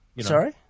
Sorry